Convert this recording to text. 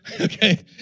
Okay